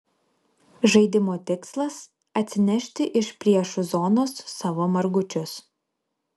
žaidimo tikslas atsinešti iš priešų zonos savo margučius